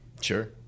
Sure